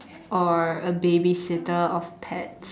or a babysitter of pets